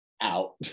out